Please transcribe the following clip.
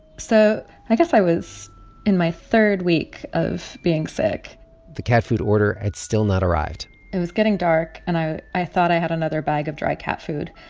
so i guess i was in my third week of being sick the cat food order had still not arrived it was getting dark, and i i thought i had another bag of dry cat food.